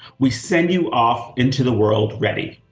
we send you off into the world ready.